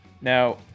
Now